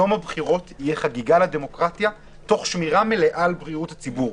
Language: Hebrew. יום הבחירות יהיה חגיגה לדמוקרטיה תוך שמירה מלאה על בריאות הציבור.